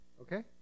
Okay